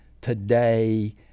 today